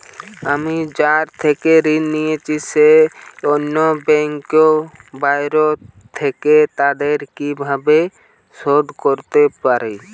আমি যার থেকে ঋণ নিয়েছে সে অন্য ব্যাংকে ও বাইরে থাকে, তাকে কীভাবে শোধ করতে পারি?